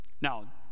Now